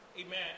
Amen